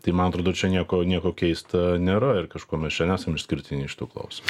tai man atrodo čia nieko nieko keista nėra ir kažkuo mes čia nesam išskirtiniai šituo klausimu